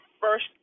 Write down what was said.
first